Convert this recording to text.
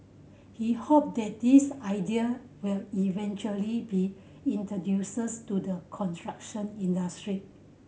he hope that these idea will eventually be introduces to the construction industry